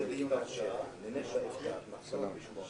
תן לי רק להגיד משהו על סעיף 98,